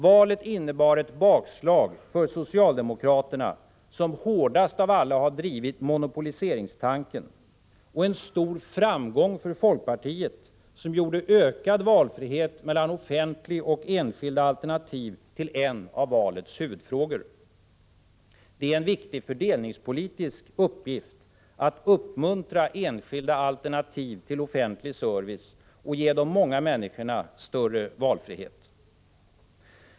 Valet innebar ett bakslag för socialdemokraterna, som hårdast av alla har drivit monopoliseringstanken, och en stor framgång för folkpartiet, som gjorde ökad valfrihet mellan offentliga och enskilda alternativ till en av valets huvudfrågor. Det är en viktig fördelningspolitisk uppgift att uppmuntra enskilda alternativ till offentlig service och ge de många människorna större valfrihet.